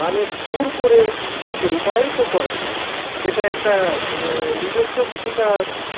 গানের সুর করে তাকে রূপায়িত করা সেটা একটা নিজস্ব কিছুটা